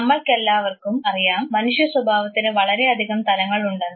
നമ്മൾക്കെല്ലാവർക്കും അറിയാം മനുഷ്യ സ്വഭാവത്തിന് വളരെയധികം തലങ്ങളുണ്ടെന്ന്